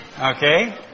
Okay